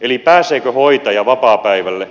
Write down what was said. eli pääseekö hoitaja vapaapäivälle